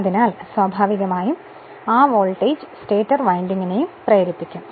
അതിനാൽ സ്വാഭാവികമായും ആ വോൾട്ടേജ് സ്റ്റേറ്റർ വിൻഡിംഗിനെയും പ്രേരിപ്പിക്കും